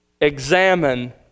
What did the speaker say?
Examine